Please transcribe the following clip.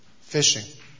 fishing